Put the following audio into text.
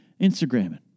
Instagramming